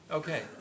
Okay